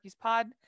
Pod